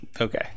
Okay